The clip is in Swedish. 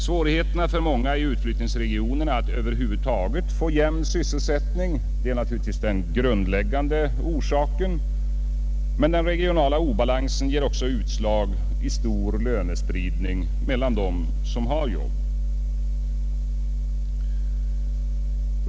Svårigheterna för många i utflyttningsregionerna att över huvud taget få jämn sysselsättning är naturligtvis den grundläggande orsaken, men den regionala obalansen ger också utslag i stor lönesprid ning mellan dem som har jobb.